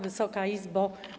Wysoka Izbo!